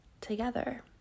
together